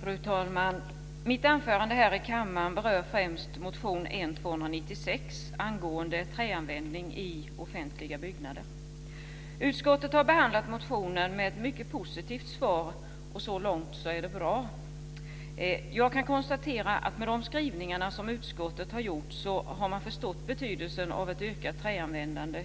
Fru talman! Mitt anförande här i kammaren berör främst motion N296 angående träanvändning i offentliga byggnader. Utskottet har gett motionen ett mycket positivt svar, och så långt är allt bra. Jag konstaterar av skrivningarna att utskottet har förstått betydelsen av ett ökat träanvändande